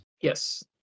Yes